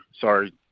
sorry